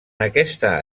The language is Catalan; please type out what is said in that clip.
aquesta